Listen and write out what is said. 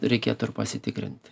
reikėtų ir pasitikrinti